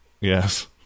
Yes